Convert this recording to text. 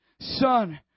Son